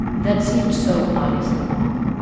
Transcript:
that seemed so obviously wrong.